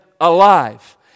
alive